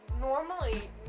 normally